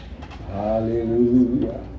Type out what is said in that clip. Hallelujah